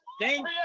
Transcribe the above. Thank